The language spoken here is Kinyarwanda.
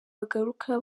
bagaruka